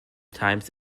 times